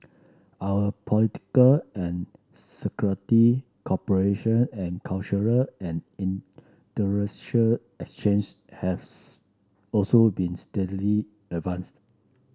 our political and security cooperation and cultural and intellectual exchanges have also been steadily advance